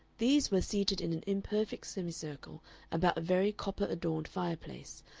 these were seated in an imperfect semicircle about a very copper-adorned fireplace,